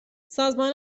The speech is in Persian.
سازمان